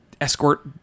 escort